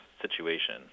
situation